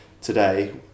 today